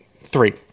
three